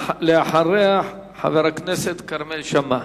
ואחריה, חבר הכנסת כרמל שאמה.